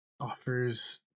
offers